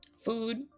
Food